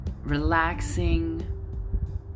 relaxing